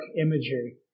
imagery